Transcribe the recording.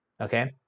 okay